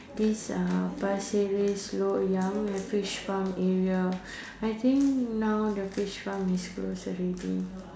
this uh Pasir-Ris Loyang the fish farm area I think now the fish farm is closed already